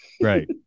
Right